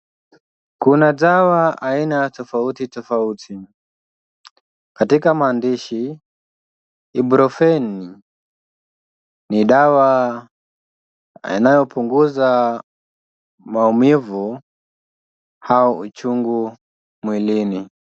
Kuna dawa aina tofauti tofauti. Katika maandishi, Ibuprofen ni dawa inayopunguza maumivu au uchungu mwilini.